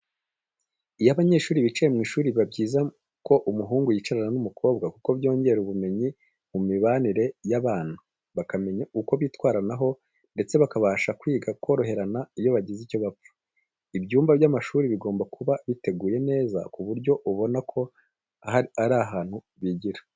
Iyo abanyeshuri bicaye mu ishuri biba byiza ko umuhungu yicarana n'umukobwa kuko byongera ubumenyi mu mibanire y'abana; bakamenya uko bitwaranaho ndetse bakabasha kwiga koroherana iyo bagize icyo bapfa. Ibyumba by'amashuri bigomba kuba biteguye neza ku buryo ubona ko ari ahantu bigira.